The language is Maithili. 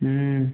हम